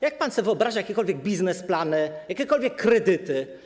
Jak pan sobie wyobraża jakiekolwiek biznesplany, jakiekolwiek kredyty?